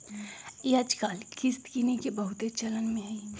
याजकाल किस्त किनेके बहुते चलन में हइ